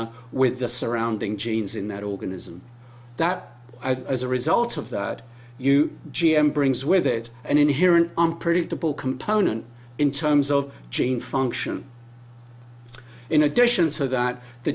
r with the surrounding genes in that organism that as a result of that you g m brings with it an inherent unpredictable component in terms of gene function in addition to that the